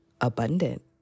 abundant